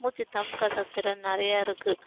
மூச்சு தம் கட்டுற திறன் நிறையா இருக்கு